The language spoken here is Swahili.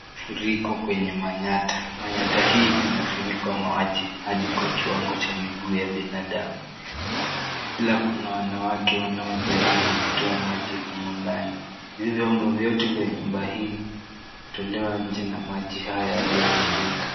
Mafuriko kwenye manyatta . Manyatta hii imefunikwa maji hadi kwa kiwango cha miguu ya binadamu kuna wanawake wanaojaribu kutoa maji humu ndani. Hivi vyombo vyote vya nyumba hii vilitolewa nje na maji haya yaliyofurika.